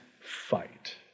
fight